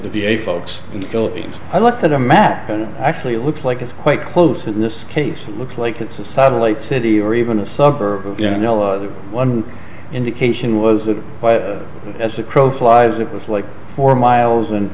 the v a folks in the philippines i looked at a map and actually it looks like it's quite close in this case looks like it's a satellite city or even a sub or you know one indication was that as the crow flies it was like four miles and